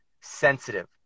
sensitive